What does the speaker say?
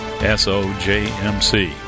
S-O-J-M-C